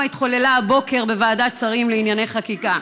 התחוללה הבוקר בוועדת שרים לענייני חקיקה: